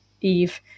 Eve